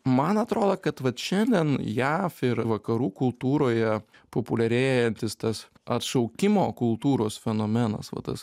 man atrodo kad vat šiandien jav ir vakarų kultūroje populiarėjantis tas atšaukimo kultūros fenomenas va tas